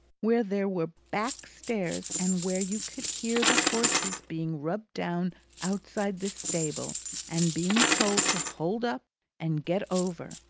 where there were back-stairs and where you could hear the horses being rubbed down outside the stable and being told to hold up and get over,